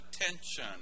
attention